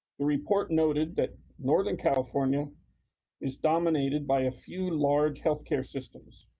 the report noted that northern california is dominated by a few, large health care systems.